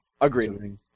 Agreed